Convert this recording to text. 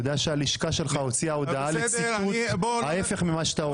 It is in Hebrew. תדע שהלשכה שלך הוציאה הודעה לציטוט ההיפך ממה שאתה אומר.